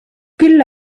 küll